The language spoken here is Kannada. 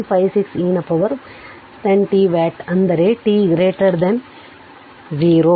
56 e ನ ಪವರ್ 10 t ವ್ಯಾಟ್ ಅಂದರೆ t t 0